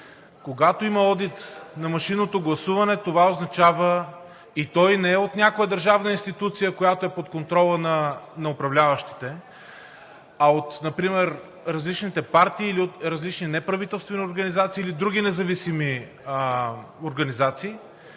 Когато има одит на машинното гласуване, това означа, и той не е от някоя държавна институция, която е под контрола на управляващите, а от например различните партии или от различни неправителствени организации или други независими организации.